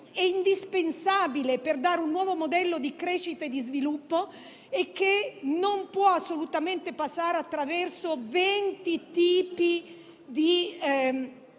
indispensabile per dare un nuovo modello di crescita e sviluppo e che non può assolutamente passare attraverso 20 tipi di